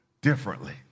differently